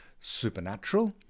Supernatural